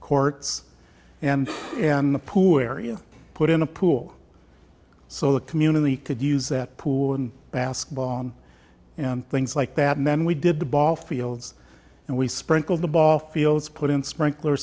courts and and the poor area put in a pool so the community could use that pool and basketball and things like that and then we did the ball fields and we sprinkled the ball fields put in sprinkler